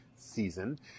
season